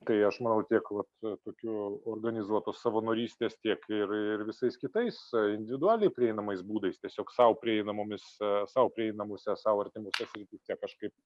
kai aš matau tiek vat tokių organizuotos savanorystės tiek ir ir visais kitais individualiai prieinamais būdais tiesiog sau prieinamomis sau prieinamose sau artimose srityse kažkaip